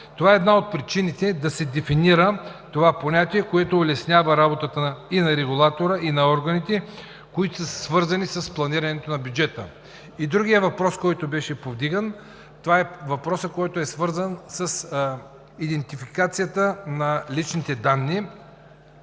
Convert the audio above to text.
Това е една от причините да се дефинира това понятие, което улеснява работата и на регулатора, и на органите, които са свързани с планирането на бюджета. Другият въпрос, който беше повдигнат, е въпросът, който е свързан с идентификацията на личните данни